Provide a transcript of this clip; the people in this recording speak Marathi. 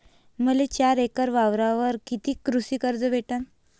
मले चार एकर वावरावर कितीक कृषी कर्ज भेटन?